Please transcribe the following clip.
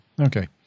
Okay